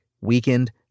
weakened